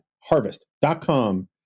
harvest.com